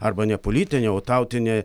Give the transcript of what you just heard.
arba nepolitinę o tautinę